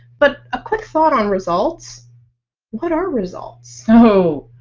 but a quick thought on results what our results? so oooh